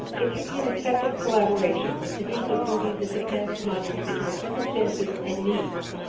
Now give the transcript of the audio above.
it can be an effective collaboration with division of duties that depends upon individual circumstances and needs.